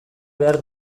behar